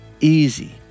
easy